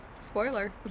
spoiler